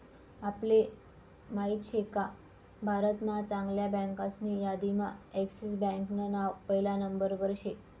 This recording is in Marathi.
आपले माहित शेका भारत महा चांगल्या बँकासनी यादीम्हा एक्सिस बँकान नाव पहिला नंबरवर शे